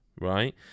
right